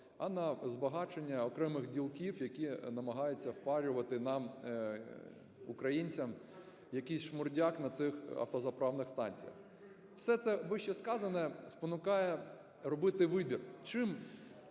а на збагачення окремих ділків, які намагаються впарювати нам, українцям, якийсьшмурдяк на цих автозаправних станціях. Все це вищесказане спонукає робити вибір, чим